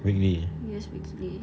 weekly